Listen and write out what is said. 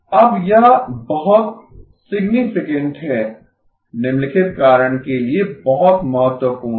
अब यह बहुत सिग्निफिकेन्त है निम्नलिखित कारण के लिए बहुत महत्वपूर्ण है